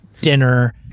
dinner